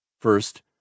First